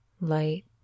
Light